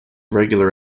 regular